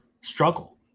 struggle